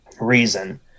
reason